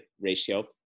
ratio